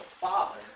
Father